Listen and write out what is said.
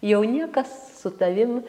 jau niekas su tavim